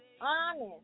honest